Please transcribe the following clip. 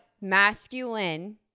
masculine